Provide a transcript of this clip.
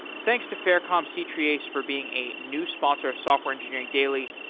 thanks to faircom c-treeace for being a new sponsor of software engineering daily,